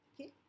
Okay